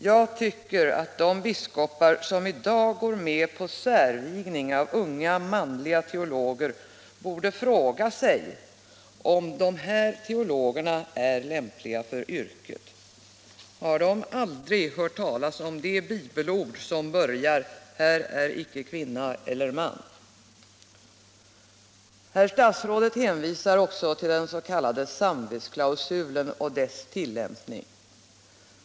Jag tycker att de biskopar som i dag går med på särvigning av unga manliga teologer borde fråga sig om dessa är lämpliga för yrket. Har de aldrig hört talas om det bibelord som börjar så: ”Här är icke kvinna eller man. ..”? Herr statsrådet hänvisar också till den s.k. samvetsklausulen och dess tillämpning.